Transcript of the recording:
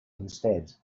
instead